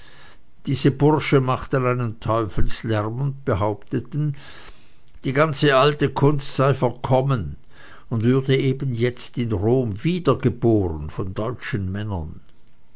diese bursche machten einen teufelslärm und behaupteten die ganze alte kunst sei verkommen und würde eben jetzt in rom wiedergeboren von deutschen männern